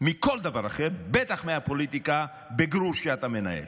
מכל דבר אחר, בטח מהפוליטיקה בגרוש שאתה מנהל.